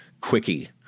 quickie